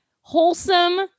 wholesome